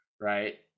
right